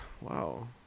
Wow